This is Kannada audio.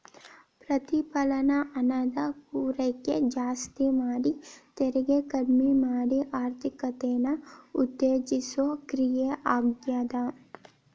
ಪ್ರತಿಫಲನ ಹಣದ ಪೂರೈಕೆ ಜಾಸ್ತಿ ಮಾಡಿ ತೆರಿಗೆ ಕಡ್ಮಿ ಮಾಡಿ ಆರ್ಥಿಕತೆನ ಉತ್ತೇಜಿಸೋ ಕ್ರಿಯೆ ಆಗ್ಯಾದ